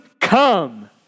come